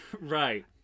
Right